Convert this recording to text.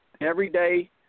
everyday